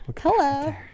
Hello